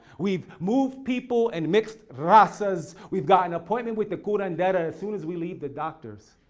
we've moved people and mixed razas. we've got an appointment with the curandera as soon as we leave the doctors.